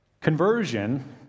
Conversion